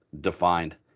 defined